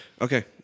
Okay